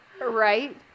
right